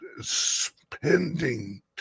spending